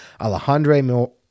Alejandro